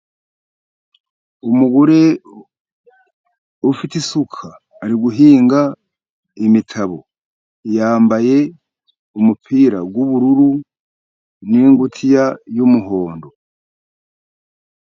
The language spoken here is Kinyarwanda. Umugore ufite isuka, ari guhinga imitabo. Yambaye umupira w'ubururu, n'ingutiya y'umuhondo.